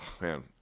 Man